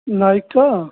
नाइक का